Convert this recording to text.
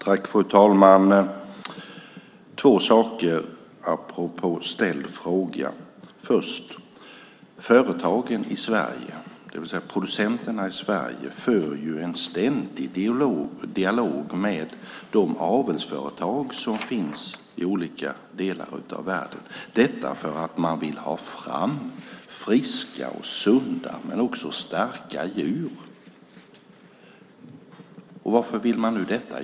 Fru talman! Jag vill ta upp två saker apropå ställd fråga. Först och främst: Företagen i Sverige, det vill säga producenterna i Sverige, för en ständig dialog med de avelsföretag som finns i olika delar av världen. Detta beror på att man vill ha fram friska, sunda och starka djur. Varför vill man nu detta?